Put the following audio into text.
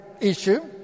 issue